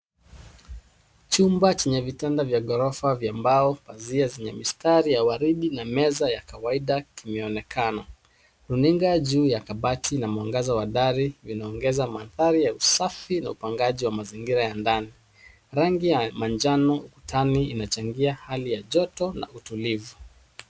Chumba chenye vitanda vya ngorofa vya mbao, pazia zenye mistari ya warindi na meza ya kawaida kimeonekana. Runinga juu ya kabati na mwangaza hodari vinaongeza madhari ya usafi na upangaji ya mazingira ya ndani. Rangi ya majano tami inachangia hali ya njoto na utulivu.